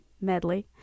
medley